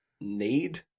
need